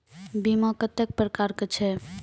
बीमा कत्तेक प्रकारक छै?